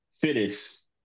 fittest